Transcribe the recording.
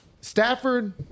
Stafford